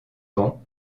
vent